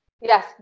Yes